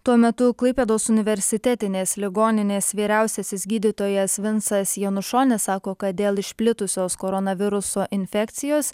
tuo metu klaipėdos universitetinės ligoninės vyriausiasis gydytojas vincas janušonis sako kad dėl išplitusios koronaviruso infekcijos